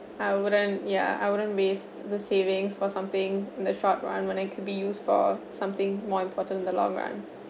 I wouldn't ya I wouldn't waste the savings for something in the short run when it could be used for something more important in the long run